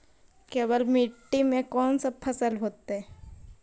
केवल मिट्टी में कौन से फसल होतै?